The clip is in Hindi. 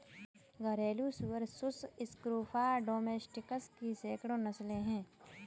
घरेलू सुअर सुस स्क्रोफा डोमेस्टिकस की सैकड़ों नस्लें हैं